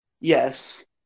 Yes